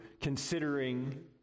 considering